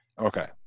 okay